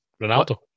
Ronaldo